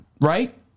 right